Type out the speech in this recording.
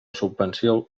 subvenció